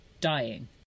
dying